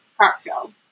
cocktail